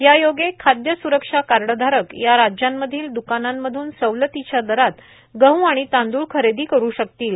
यायोगे खाद्य स्रक्षा कार्डधारक या राज्यांमधील दुकानांमधून सवलतीच्या दरात गह आणि तांदुळ खरेदी करू शकतील